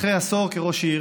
אחרי עשור כראש עיר,